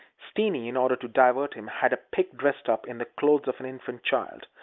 steeny, in order to divert him, had a pig dressed up in the clothes of an infant child.